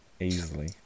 easily